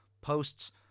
Posts